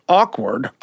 awkward